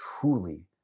truly